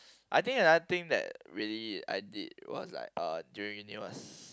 I think another thing that really I did was like uh during uni was